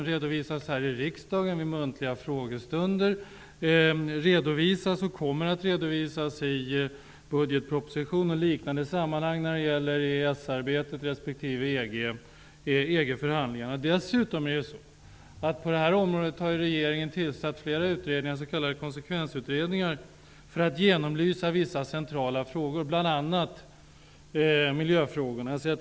Det redovisas här i riksdagen, vid muntliga frågestunder, det redovisas och kommer att redovisas i budgetproposition och liknande sammanhang. Dessutom har regeringen tillsatt flera utredningar på detta område, s.k. konsekvensutredningar, för att genomlysa vissa centrala frågor, bl.a. miljöfrågorna.